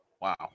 Wow